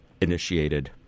initiated